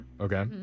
Okay